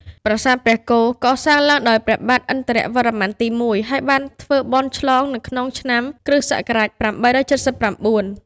ប្រាសាទព្រះគោ កសាងឡើងដោយព្រះបាទឥន្ទ្រវរ្ម័នទី១ ហើយបានធ្វើបុណ្យឆ្លងនៅក្នុងឆ្នាំ គ.ស. ៨៧៩ ។